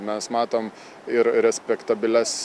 mes matom ir respektabilias